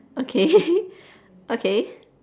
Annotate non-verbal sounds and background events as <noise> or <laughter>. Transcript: okay <laughs> okay